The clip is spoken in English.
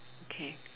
okay